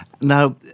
Now